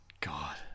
God